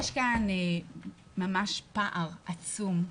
יש כאן פער עצום,